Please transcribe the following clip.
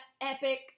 epic